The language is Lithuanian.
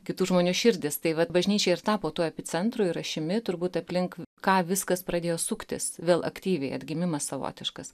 kitų žmonių širdis taip vat bažnyčia ir tapo tuo epicentru ir ašimi turbūt aplink ką viskas pradėjo suktis vėl aktyviai atgimimas savotiškas